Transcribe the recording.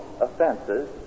offenses